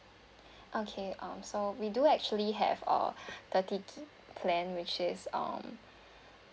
okay um so we do actually have uh thirty GB plan which is um